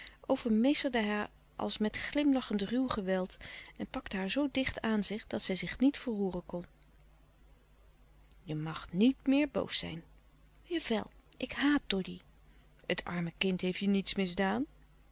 overmeesterde hij haar als met glimlachend ruw geweld en pakte haar zoo dicht aan zich dat zij zich niet verroeren kon je mag niet boos meer zijn jawel ik haat doddy het arme kind heeft je niets misdaan